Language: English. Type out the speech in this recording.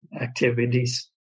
activities